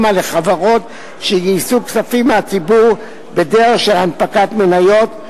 על חברות שגייסו כספים מהציבור בדרך של הנפקת מניות,